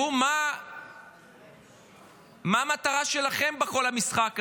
תחשבו מה המטרה שלכם בכל המשחק הזה.